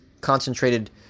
concentrated